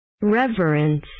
Reverence